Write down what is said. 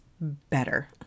better